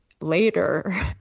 later